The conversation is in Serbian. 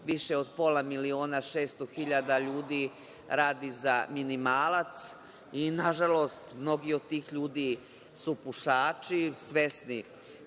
više od pola miliona, 600.000 ljudi radi za minimalac i na žalost mnogi od tih ljudi su pušači, svesni